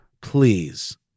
Please